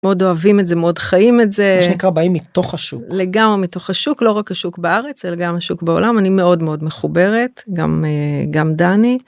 מאוד אוהבים את זה מאוד חיים את זה -מה שנקרא באים מתוך השוק -לגמרי מתוך השוק לא רק השוק בארץ אלא גם השוק בעולם אני מאוד מאוד מחוברת גם גם דני.